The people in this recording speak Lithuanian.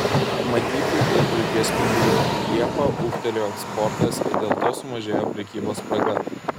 matyti ir vilties spindulių liepą ūgtelėjo eksportas ir dėl to sumažėjo prekybos spraga